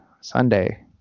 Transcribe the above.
Sunday